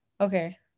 Okay